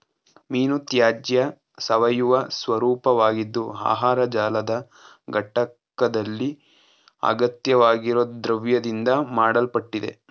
ಮೀನುತ್ಯಾಜ್ಯ ಸಾವಯವ ಸ್ವರೂಪವಾಗಿದ್ದು ಆಹಾರ ಜಾಲದ ಘಟಕ್ದಲ್ಲಿ ಅಗತ್ಯವಾಗಿರೊ ದ್ರವ್ಯದಿಂದ ಮಾಡಲ್ಪಟ್ಟಿದೆ